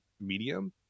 medium